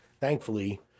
Thankfully